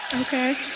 Okay